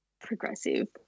progressive